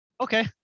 Okay